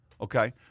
okay